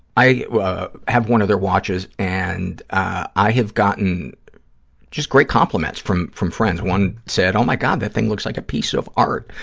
ah have one of their watches and i have gotten just great compliments from from friends. one said, oh, my god, that thing looks like a piece of art.